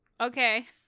okay